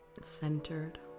centered